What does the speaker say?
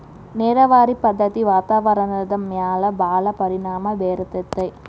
ನೇರಾವರಿ ಪದ್ದತಿ ವಾತಾವರಣದ ಮ್ಯಾಲ ಭಾಳ ಪರಿಣಾಮಾ ಬೇರತತಿ